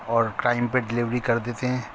اور ٹائم پہ ڈلیوری کر دیتے ہیں